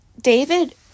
David